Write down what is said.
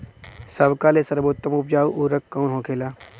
सबका ले सर्वोत्तम उपजाऊ उर्वरक कवन होखेला?